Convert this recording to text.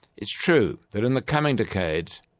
it's true that in the coming decades,